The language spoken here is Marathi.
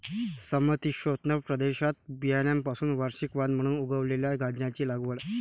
समशीतोष्ण प्रदेशात बियाण्यांपासून वार्षिक वाण म्हणून उगवलेल्या गांजाची लागवड